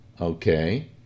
Okay